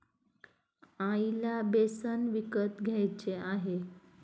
आईला बेसन विकत घ्यायचे आहे